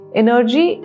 energy